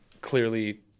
clearly